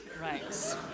right